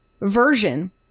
version